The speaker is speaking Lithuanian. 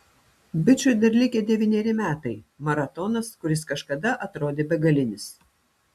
bičui dar likę devyneri metai maratonas kuris kažkada atrodė begalinis